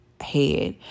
head